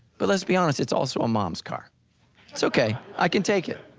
but let's be honest, it's also a mom's car. it's okay, i can take it.